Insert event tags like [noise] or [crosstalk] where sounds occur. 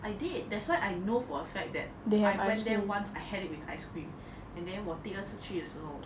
I did that's why I know for a fact that I went there once I had it with ice cream [breath] and then 我第二次去的时候